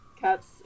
cats